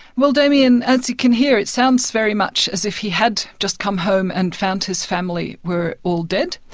well, damien, as you can hear, it sounds very much as if he had just come home and found his family were all dead.